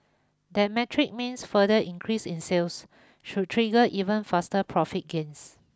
that metric means further increases in sales should trigger even faster profit gains